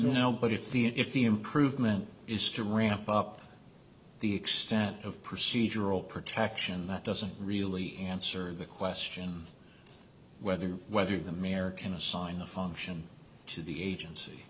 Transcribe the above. now but if the if the improvement is to ramp up the extent of procedural protection that doesn't really answer the question whether whether the mayor can assign a function to the agency